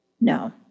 No